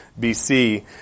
BC